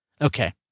Okay